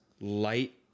light